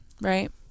right